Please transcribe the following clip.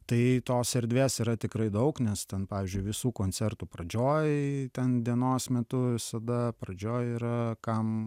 tai tos erdvės yra tikrai daug nes ten pavyzdžiui visų koncertų pradžioj ten dienos metu visada pradžioj yra kam